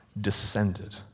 descended